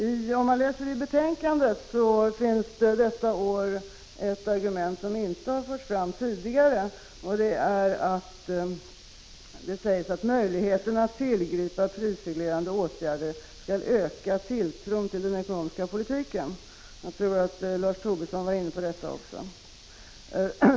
Om man läser i betänkandet finner man detta år ett argument som inte har förts fram tidigare, nämligen att möjligheter att tillgripa prisreglerande åtgärder skall ”öka tilltron till den ekonomiska politiken”. Jag tror att Lars Tobisson var inne på detta också.